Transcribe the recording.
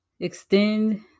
Extend